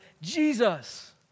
Jesus